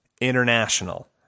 international